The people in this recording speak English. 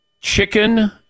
chicken